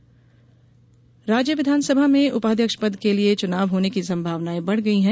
विधानसभा उपाध्यक्ष राज्य विधानसभा में उपाध्यक्ष पद के लिए चूनाव होने की संभावनायें बढ़ गई हैं